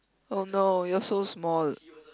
oh no you're so small